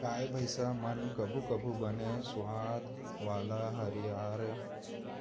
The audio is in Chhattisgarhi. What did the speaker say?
गाय भईंस मन कभू कभू बने सुवाद वाला हरियर